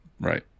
Right